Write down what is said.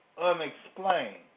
unexplained